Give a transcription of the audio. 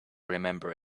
remember